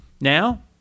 Now